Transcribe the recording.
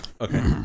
Okay